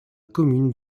commune